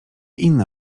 inne